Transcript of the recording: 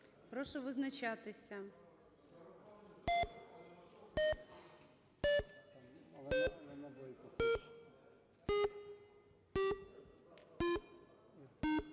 Прошу визначатися.